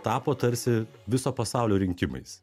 tapo tarsi viso pasaulio rinkimais